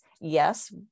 yes